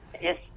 Yes